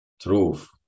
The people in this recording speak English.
truth